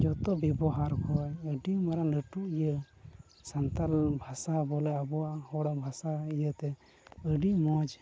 ᱡᱚᱛᱚ ᱵᱮᱵᱚᱦᱟᱨ ᱠᱷᱚᱱ ᱟᱹᱰᱤ ᱢᱟᱨᱟᱝ ᱞᱟᱹᱴᱩ ᱤᱭᱟᱹ ᱥᱟᱱᱛᱟᱲ ᱵᱷᱟᱥᱟ ᱵᱚᱞᱮ ᱟᱵᱚᱣᱟᱜ ᱦᱚᱲᱟᱜ ᱵᱷᱟᱥᱟ ᱤᱭᱟᱹᱛᱮ ᱟᱹᱰᱤ ᱢᱚᱡᱽ